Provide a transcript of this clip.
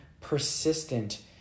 persistent